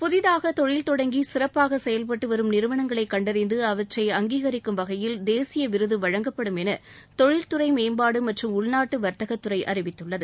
புதிதாக தொழில் தொடங்கி சிறப்பாக செயவ்பட்டு வரும் நிறுவனங்களைக் கண்டறிந்து அவற்றை அங்கீகரிக்கும் வகையில் தேசிய விருது வழங்கப்படும் என தொழில்துறை மேம்பாடு மற்றும் உள்நாட்டு வர்த்தகத்துறை அறிவித்துள்ளது